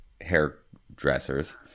hairdressers